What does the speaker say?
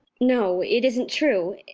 no, it isn't true,